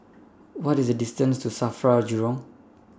What IS The distance to SAFRA Jurong